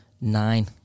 nine